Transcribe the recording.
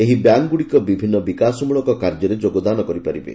ଏହି ବ୍ୟାଙ୍କ୍ ଗୁଡ଼ିକ ବିଭିନ୍ନ ବିକାଶମୂଳକ କାର୍ଯ୍ୟରେ ଯୋଗଦାନ କରିପାରିବେ